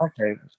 okay